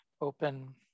open